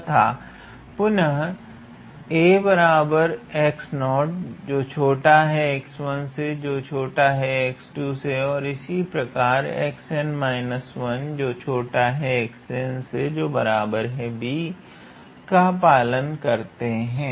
तथा पुनः यह का पालन करते हैं